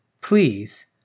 please